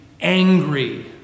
angry